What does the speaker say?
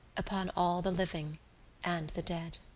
upon all the living and the dead.